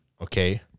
Okay